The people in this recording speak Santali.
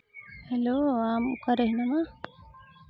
ᱦᱮᱞᱳ ᱟᱢ ᱚᱠᱟᱨᱮ ᱦᱮᱱᱟᱢᱟ